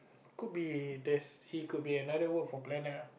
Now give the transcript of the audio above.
could be there's he could be another work for plan ah